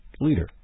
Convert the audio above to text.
leader